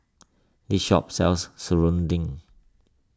this shop sells Serunding